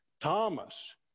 Thomas